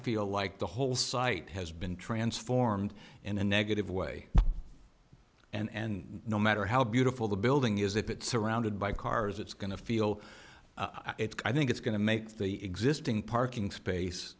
feel like the whole site has been transformed in a negative way and no matter how beautiful the building is if it's surrounded by cars it's going to feel it i think it's going to make the existing parking space